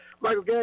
Michael